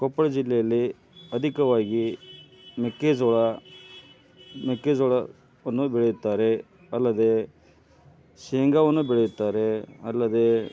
ಕೊಪ್ಪಳ ಜಿಲ್ಲೆಯಲ್ಲಿ ಅಧಿಕವಾಗಿ ಮೆಕ್ಕೆಜೋಳ ಮೆಕ್ಕೆಜೋಳವನ್ನು ಬೆಳೆಯುತ್ತಾರೆ ಅಲ್ಲದೆ ಶೇಂಗಾವನ್ನು ಬೆಳೆಯುತ್ತಾರೆ ಅಲ್ಲದೆ